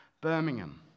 Birmingham